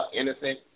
innocent